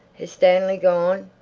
has stanley gone?